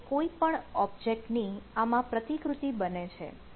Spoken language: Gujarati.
એટલે કોઈપણ ઓબ્જેક્ટીવ ની આમાં પ્રતિકૃતિ બને છે